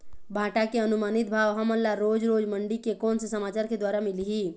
भांटा के अनुमानित भाव हमन ला रोज रोज मंडी से कोन से समाचार के द्वारा मिलही?